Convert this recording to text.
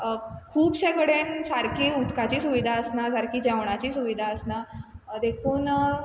खुबशे कडेन सारकी उदकाची सुविदा आसना सारकी जेवणाची सुविदा आसना देखून